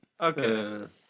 Okay